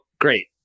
great